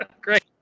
Great